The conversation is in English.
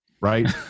right